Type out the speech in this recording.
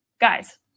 Guys